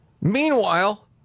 Meanwhile